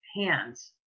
hands